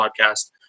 podcast